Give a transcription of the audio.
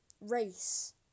race